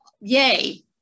yay